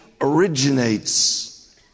originates